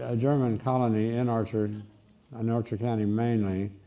ah german colony in archer and archer county mainly,